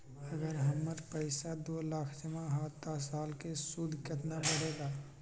अगर हमर पैसा दो लाख जमा है त साल के सूद केतना बढेला?